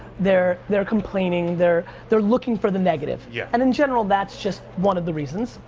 they're they're complaining, they're, they're looking for the negative. yeah and in general that's just one of the reasons,